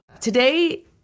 Today